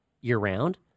year-round